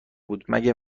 بود، مگه